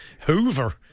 Hoover